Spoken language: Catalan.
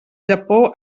japó